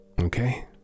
Okay